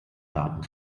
daten